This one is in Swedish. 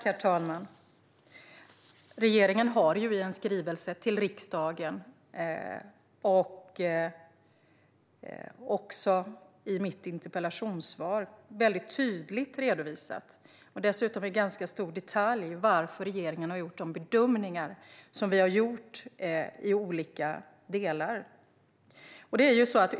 Herr talman! Regeringen har i en skrivelse till riksdagen och även i mitt interpellationssvar tydligt och i ganska stor detalj redovisat varför vi har gjort de bedömningar vi har gjort i olika delar.